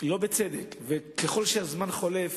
לא בצדק, ככל שהזמן חולף,